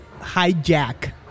hijack